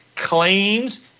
Claims